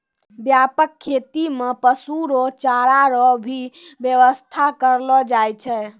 व्यापक खेती मे पशु रो चारा रो भी व्याबस्था करलो जाय छै